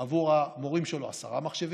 עבור המורים שלו עשרה מחשבים,